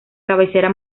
cabecera